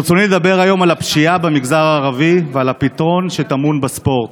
ברצוני לדבר היום על הפשיעה במגזר הערבי ועל הפתרון שטמון בספורט.